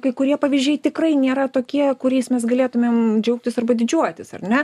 kai kurie pavyzdžiai tikrai nėra tokie kuriais mes galėtumėm džiaugtis arba didžiuotis ar ne